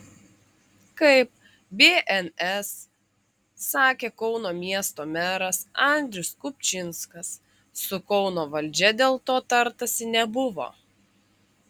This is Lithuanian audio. kaip bns sakė kauno miesto meras andrius kupčinskas su kauno valdžia dėl to tartasi nebuvo